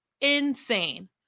Insane